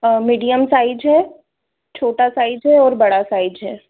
medium size है छोटा size है और बड़ा साइज है